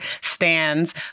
stands